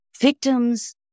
victims